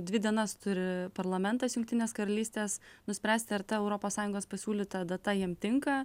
dvi dienas turi parlamentas jungtinės karalystės nuspręsti ar ta europos sąjungos pasiūlyta data jam tinka